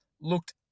looked